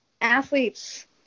athletes